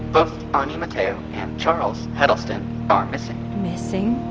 both ani mateo and charles heddleston are missing missing?